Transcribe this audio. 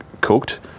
cooked